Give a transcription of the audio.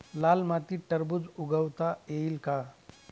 लाल मातीत टरबूज उगवता येईल का?